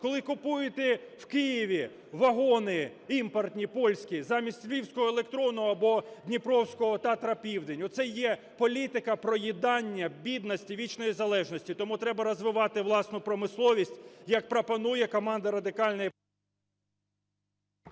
коли купуєте в Києві вагони імпортні, польські, замість львівського "Електрону" або дніпровського "Татра-Південь" – оце є політика проїдання, бідності, вічної залежності. Тому треба розвивати власну промисловість, як пропонує команда Радикальної…